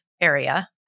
area